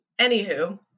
Anywho